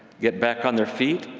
get back on their feet,